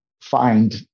find